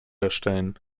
erstellen